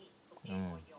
mm